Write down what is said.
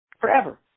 forever